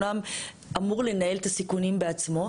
לא שינינו מהדין אירופי באותם זמנים.